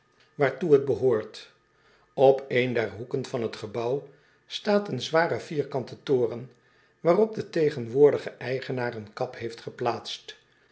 waartoe het behoort p een der hoeken van het gebouw staat een zware vierkante toren waarop de tegenwoordige eigenaar een kap heeft geplaatst